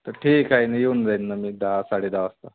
तर ठीक आहे न येऊन जाईन ना मी दहा साडे दहा वाजता